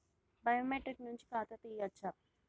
Biometric నుంచి ఖాతా తీయచ్చా?